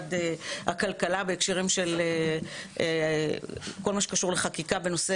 במשרד הכלכלה בהקשרים של כל מה שקשור לחקיקה בנושא